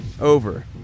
Over